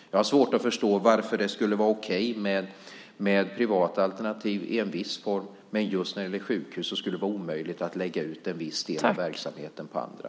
Jag har svårt att förstå varför det skulle vara okej med privata alternativ i en viss form men att det just när det gäller sjukhus skulle vara omöjligt att lägga ut en viss del av verksamheten på andra.